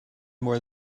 more